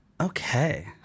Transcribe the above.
Okay